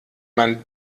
man